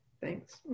thanks